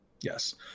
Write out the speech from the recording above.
yes